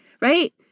right